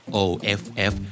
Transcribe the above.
OFF